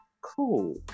cool